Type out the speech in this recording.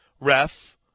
Ref